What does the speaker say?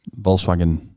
Volkswagen